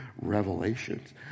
revelations